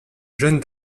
jeune